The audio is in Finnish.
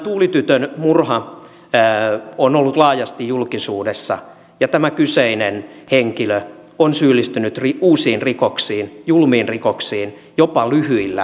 tuuli tytön murha on ollut laajasti julkisuudessa ja tämä kyseinen henkilö on syyllistynyt uusiin rikoksiin julmiin rikoksiin jopa lyhyillä vankilomillaan